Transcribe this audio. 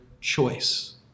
choice